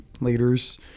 leaders